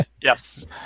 Yes